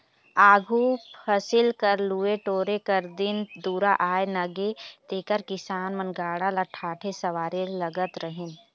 आघु फसिल कर लुए टोरे कर दिन दुरा आए नगे तेकर किसान मन गाड़ा ल ठाठे सवारे लगत रहिन